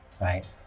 right